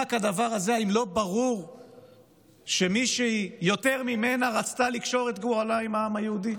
האם לא ברור שאין מישהי שיותר ממנה רצתה לקשור את גורלה עם העם היהודי?